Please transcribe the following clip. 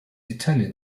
italian